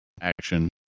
action